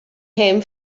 hen